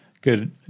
good